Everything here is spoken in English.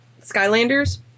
Skylanders